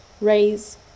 raise